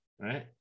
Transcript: right